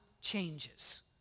Changes